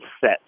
set